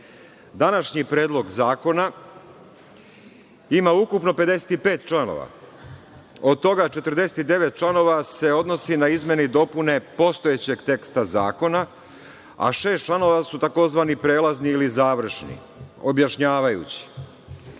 vodama. Današnji predlog zakona ima ukupno 55 članova, od toga 49 članova se odnosi na izmene i dopune postojećeg teksta zakona, a šest članova su tzv. prelazni ili završni, objašnjavajući.